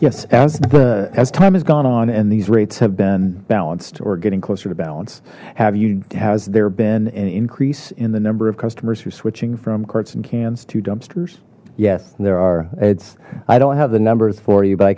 yes as the as time has gone on and these rates have been balanced or getting closer to balance have you has there been an increase in the number of customers who are switching from carts and cans to dumpsters yes there are it's i don't have the numbers for you but i